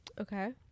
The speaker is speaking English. Okay